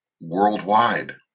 worldwide